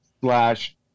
slash